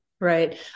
Right